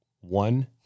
One